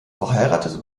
verheiratet